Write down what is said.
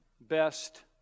best